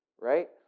right